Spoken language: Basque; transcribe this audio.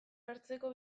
hartzeko